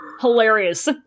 Hilarious